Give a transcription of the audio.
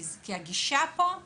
כי הגישה פה היא